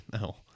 No